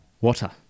Water